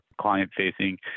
client-facing